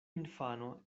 infano